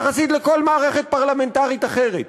יחסית לכל מערכת פרלמנטרית אחרת,